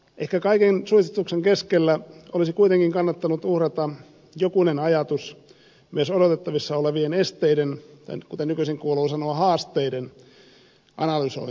ehkä kaiken suitsutuksen keskellä olisi kuitenkin kannattanut uhrata jokunen ajatus myös odotettavissa olevien esteiden kuten nykyisin kuuluu sanoa haasteiden analysointiin